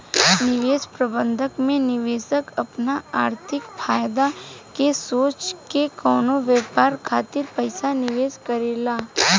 निवेश प्रबंधन में निवेशक आपन आर्थिक फायदा के सोच के कवनो व्यापार खातिर पइसा निवेश करेला